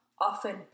often